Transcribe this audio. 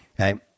Okay